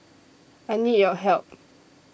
I need your help